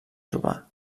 trobar